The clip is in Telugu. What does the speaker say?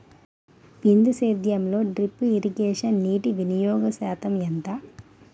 బిందు సేద్యంలో డ్రిప్ ఇరగేషన్ నీటివినియోగ శాతం ఎంత?